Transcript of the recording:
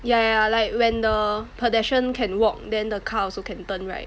ya ya like when the pedestrian can walk than the car also can turn right